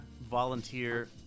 volunteer